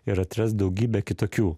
ir atrast daugybę kitokių